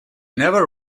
never